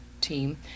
team